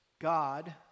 God